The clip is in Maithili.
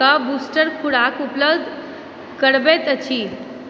कऽ बूस्टर खुराक उपलब्ध करबैत अछि